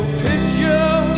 picture